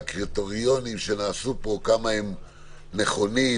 והקריטריונים שנעשו פה הם נכונים,